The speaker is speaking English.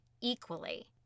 equally